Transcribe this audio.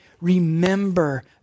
Remember